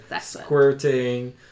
squirting